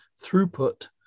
throughput